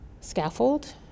scaffold